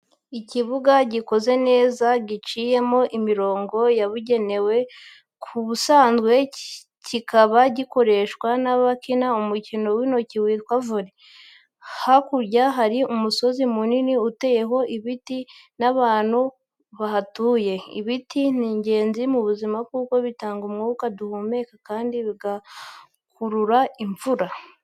Ikibuga gikoze neza giciyemo imirongo yabugenewe, ku busanzwe kikaba gikoreshwa n'abakina umukino w'intoki witwa Vole. Hakurya hari umusozi munini uteyeho ibiti, nta bantu bahatuye. Ibiti ni ingenzi mu buzima kuko bitanga umwuka duhumeka kandi bigakurura imvura.